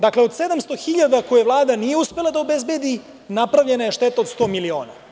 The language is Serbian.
Dakle, od 700 hiljada koje Vlada nije uspela da obezbedi, napravljena je šteta od 100 miliona.